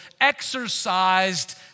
exercised